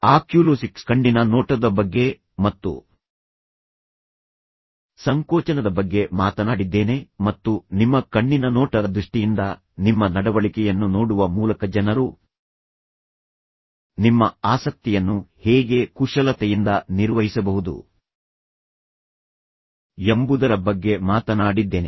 oculesics ಕಣ್ಣಿನ ನೋಟದ ಬಗ್ಗೆ ಮತ್ತು ಸಂಕೋಚನದ ಬಗ್ಗೆ ಮಾತನಾಡಿದ್ದೇನೆ ಮತ್ತು ನಿಮ್ಮ ಕಣ್ಣಿನ ನೋಟದ ದೃಷ್ಟಿಯಿಂದ ನಿಮ್ಮ ನಡವಳಿಕೆಯನ್ನು ನೋಡುವ ಮೂಲಕ ಜನರು ನಿಮ್ಮ ಆಸಕ್ತಿಯನ್ನು ಹೇಗೆ ಕುಶಲತೆಯಿಂದ ನಿರ್ವಹಿಸಬಹುದು ಎಂಬುದರ ಬಗ್ಗೆ ಮಾತನಾಡಿದ್ದೇನೆ